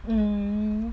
hmm